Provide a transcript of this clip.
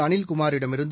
அனில்குமாரிடமிருந்து